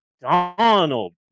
Donald